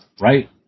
right